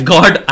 God